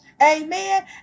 Amen